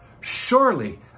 surely